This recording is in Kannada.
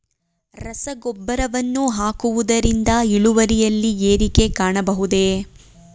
ರಸಗೊಬ್ಬರವನ್ನು ಹಾಕುವುದರಿಂದ ಇಳುವರಿಯಲ್ಲಿ ಏರಿಕೆ ಕಾಣಬಹುದೇ?